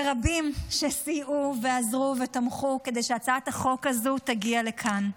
ולרבים שסייעו ועזרו ותמכו כדי שהצעת החוק הזו תגיע לכאן.